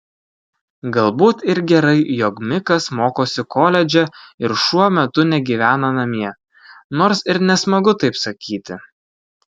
galbūt ir gerai jog mikas mokosi koledže ir šuo metu negyvena namie nors ir nesmagu taip sakyti